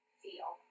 feel